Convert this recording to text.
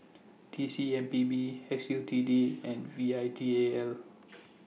T C M P B S U T D and V I T A L